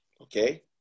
Okay